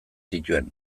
zituen